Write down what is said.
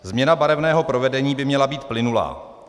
Změna barevného provedení by měla být plynulá.